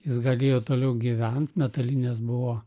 jis galėjo toliau gyvent metalinės buvo